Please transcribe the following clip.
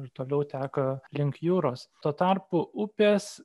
ir toliau teka link jūros tuo tarpu upės